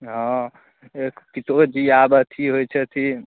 हँ पितोजी आब अथी होइत छथिन